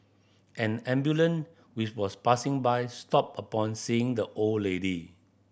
an ambulance which was passing by stopped upon seeing the old lady